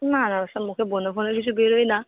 না না ওসব মুখে ব্রণ ফ্রণ কিছু বেরোয় না